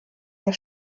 der